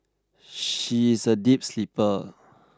she is a deep sleeper